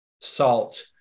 Salt